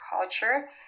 culture